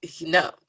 no